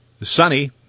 Sunny